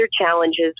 challenges